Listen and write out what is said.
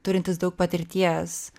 turintis daug patirties